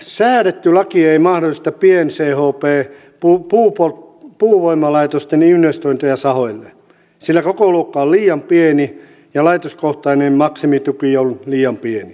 säädetty laki ei mahdollista pien chp puuvoimalaitosten investointeja sahoille sillä kokoluokka on liian pieni ja laitoskohtainen maksimituki on liian pieni